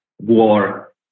war